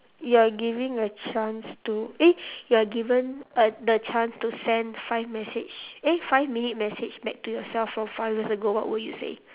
you're giving a chance to eh you're given a the chance to send five message eh five minute message back to yourself from five year ago what would you say